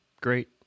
Great